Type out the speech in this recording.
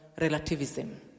relativism